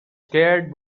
scared